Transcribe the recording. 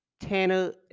Tanner